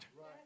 right